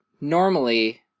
normally